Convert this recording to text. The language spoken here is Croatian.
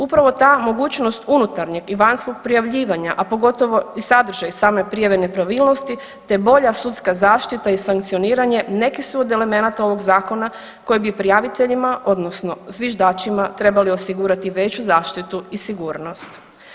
Upravo ta mogućnost unutarnjeg i vanjskog prijavljivanja, a pogotovo i sadržaj same prijave nepravilnosti, te bolja sudska zaštita i sankcioniranje neki su od elemenata ovog zakona koji bi prijaviteljima odnosno zviždačima trebali osigurati veću zaštitu i sigurnost.